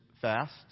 fast